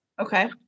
okay